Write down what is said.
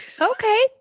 okay